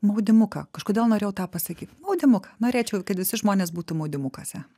maudymuką kažkodėl norėjau tą pasakyt maudymuką norėčiau kad visi žmonės būtų maudymukuose